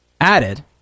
added